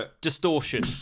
Distortion